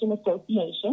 Association